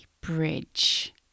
bridge